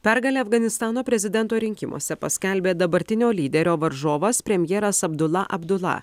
pergalę afganistano prezidento rinkimuose paskelbė dabartinio lyderio varžovas premjeras abdula abdula